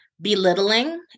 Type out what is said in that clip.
belittling